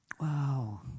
Wow